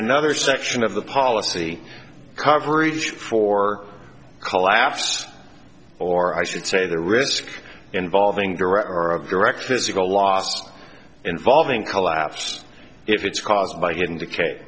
another section of the policy coverage for collapse or i should say the risk involving director of direct physical last involving collapse if it's caused by indicate